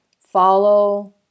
follow